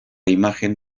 imagen